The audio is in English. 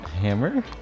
hammer